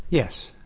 yes,